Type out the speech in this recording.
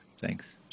Thanks